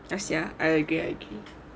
ya sia I agree I agree